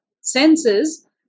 senses